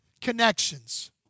Connections